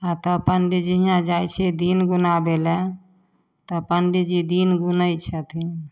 आओर तब पण्डीजी हिआँ जाइ छए दिन गुनाबै ले तऽ पण्डीजी दिन गुनै छथिन